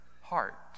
heart